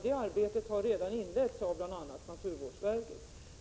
Det arbetet har redan inletts av bl.a. naturvårdsverket.